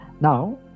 Now